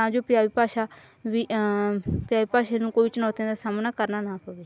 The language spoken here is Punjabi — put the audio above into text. ਤਾਂ ਜੋ ਪੰਜਾਬੀ ਭਾਸ਼ਾ ਵੀ ਪੰਜਾਬੀ ਭਾਸ਼ਾ ਨੂੰ ਕੋਈ ਚੁਣੌਤੀਆਂ ਦਾ ਸਾਹਮਣਾ ਕਰਨਾ ਨਾ ਪਵੇ